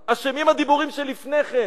אשמה, אשמים הדיבורים שלפני כן,